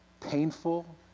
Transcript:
painful